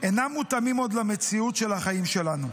אינם מותאמים עוד למציאות של החיים שלנו.